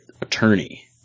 attorney